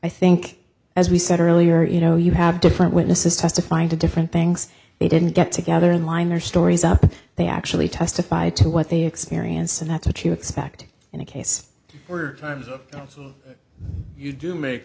i think as we said earlier you know you have different witnesses testifying to different things they didn't get together in line their stories up they actually testified to what they experience and that's what you expect in a case where you do make